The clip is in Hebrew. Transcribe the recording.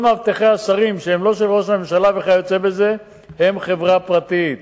כל מאבטחי השרים שהם לא של ראש הממשלה וכיוצא בזה הם עובדי חברה פרטית.